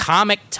Comic